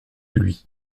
lui